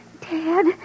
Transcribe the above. Dad